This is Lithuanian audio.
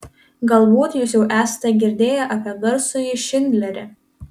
galbūt jūs jau esate girdėję apie garsųjį šindlerį